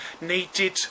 needed